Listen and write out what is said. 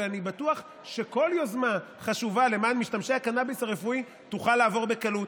ואני בטוח שכל יוזמה חשובה למען משתמשי הקנביס הרפואי תוכל לעבור בקלות.